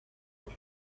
and